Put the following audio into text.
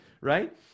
right